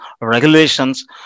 regulations